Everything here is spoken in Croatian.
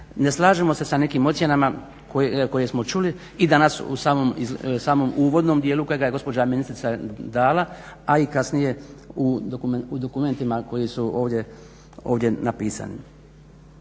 ne slažemo se sa nekim ocjenama koje smo čuli i danas u samom uvodnom dijelu, kojega je gospođa ministrica dala, a i kasnije u dokumentima koji su ovdje napisani.